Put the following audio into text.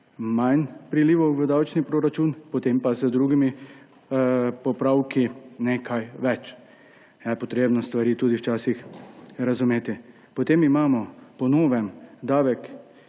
manj prilivov v davčni proračun, potem pa z drugimi popravki nekaj več. Potrebno je stvari včasih tudi razumeti. Potem imamo po novem, da